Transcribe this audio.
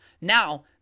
Now